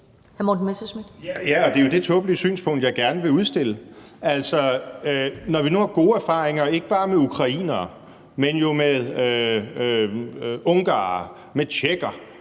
Ja, og det er jo det tåbelige synspunkt, jeg gerne vil udstille. Altså, når vi nu har gode erfaringer med ikke bare ukrainere, men også med ungarere, med tjekkere,